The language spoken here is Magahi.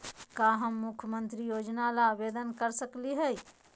का हम मुख्यमंत्री योजना ला आवेदन कर सकली हई?